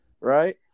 right